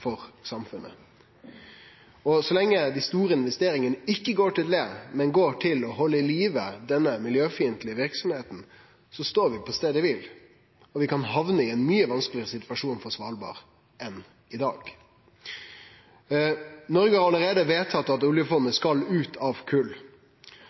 for samfunnet. Og så lenge dei store investeringane ikkje går til det, men går til å halde i live denne miljøfiendtlege verksemda, står vi på staden kvil, og vi kan hamne i ein mykje vanskelegare situasjon for Svalbard enn i dag. Noreg har allereie vedtatt at oljefondet